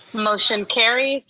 motion carries.